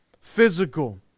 physical